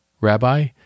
Rabbi